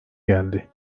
geldi